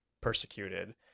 persecuted